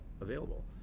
available